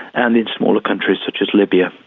and in smaller countries such as libya.